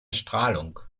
strahlung